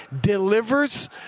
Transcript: delivers